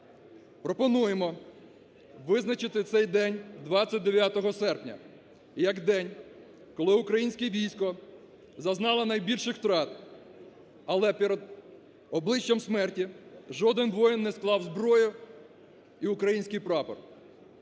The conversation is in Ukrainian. Пропонуємо визначити цей день 29 серпня як день, коли українське військо зазнало найбільших втрат, але перед обличчям смерті жоден воїн не склав зброю і український прапор.